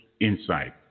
insight